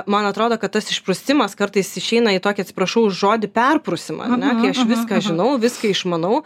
man atrodo kad tas išprusimas kartais išeina į tokį atsiprašau už žodį perprusimą ar ne kai aš viską žinau viską išmanau